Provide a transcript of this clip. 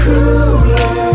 Cooler